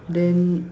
then